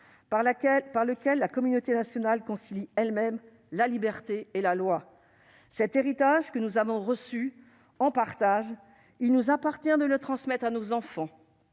par lequel la communauté nationale concilie elle-même la liberté et la loi. Cet héritage que nous avons reçu en partage, il nous appartient de le transmettre à nos enfants.